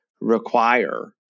require